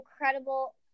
incredible